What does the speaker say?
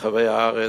ברחבי הארץ,